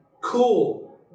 cool